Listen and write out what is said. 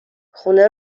خونه